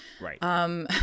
right